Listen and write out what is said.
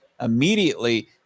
immediately